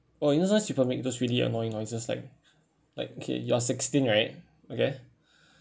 oh you know sometimes people make those really annoying noises like like okay you are sixteen right okay